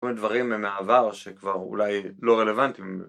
כל מיני דברים מהעבר שכבר אולי לא רלוונטיים